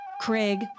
Craig